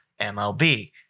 MLB